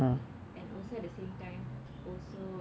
and also the same time also